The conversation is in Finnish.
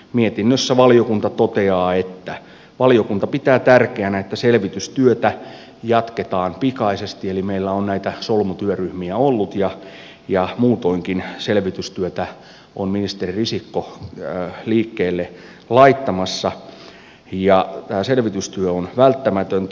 mietinnössä valiokunta toteaa että valiokunta pitää tärkeänä että selvitystyötä jatketaan pikaisesti eli meillä on näitä solmu työryhmiä ollut ja muutoinkin selvitystyötä on ministeri risikko liikkeelle laittamassa ja tämä selvitystyö on välttämätöntä